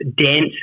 dense